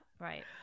right